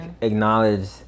acknowledge